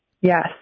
Yes